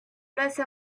place